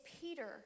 Peter